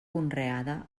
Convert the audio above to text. conreada